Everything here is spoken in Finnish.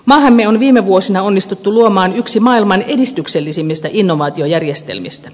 maahamme on viime vuosina onnistuttu luomaan yksi maailman edistyksellisimmistä innovaatiojärjestelmistä